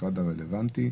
המשרד הרלוונטי,